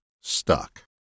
stuck